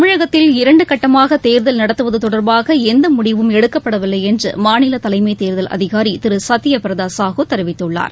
தமிழகத்தில் இரண்டு கட்டமாக தேர்தல் நடத்துவது தொடர்பாக எந்த முடிவும் எடுக்கப்படவில்லை என்று மாநில தலைமை தேர்தல் அதிகாரி திரு சத்ய பிரதா சாஹூ தெரிவித்துள்ளார்